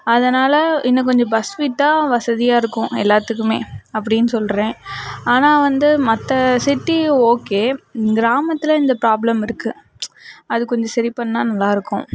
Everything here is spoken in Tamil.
அதனால் இன்னும் கொஞ்சம் பஸ் விட்டால் வசதியாக இருக்கும் எல்லாத்துக்குமே அப்படின்னு சொல்கிறேன் ஆனால் வந்து மற்ற சிட்டி ஓகே கிராமத்தில் இந்த ப்ராப்ளம் இருக்கு அது கொஞ்சம் சரி பண்ணா நல்லாயிருக்கும்